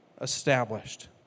established